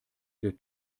der